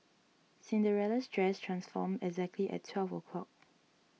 Cinderella's dress transformed exactly at twelve o'clock